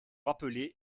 rappeler